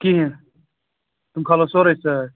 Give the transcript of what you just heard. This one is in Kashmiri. کِہیٖنۍ تِم کھالو سورُے سۭتۍ